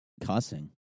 cussing